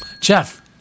Jeff